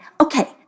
okay